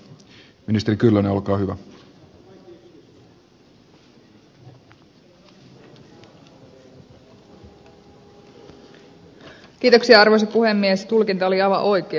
kiitoksia arvoisa puhemies tulkinta oli aivan oikea